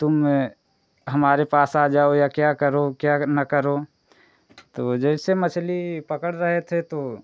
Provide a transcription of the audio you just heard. तुम हमारे पास आ जाओ या क्या करो क्या न करो तो जैसे मछली पकड़ रहे थे तो